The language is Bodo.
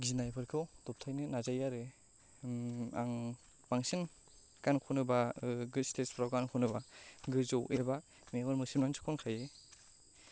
गिनायफोरखौ दबथायनो नाजायो आरो आं बांसिन गान खनोबा बिदि स्टेजफ्राव गान खनोबा गोजौ एबा मेगन मेसेबनानैसो खनखायो